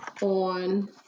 on